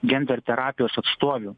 genderterapijos atstovių